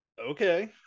Okay